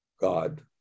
God